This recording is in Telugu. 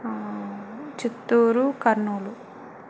చిత్తూరు కర్నూలు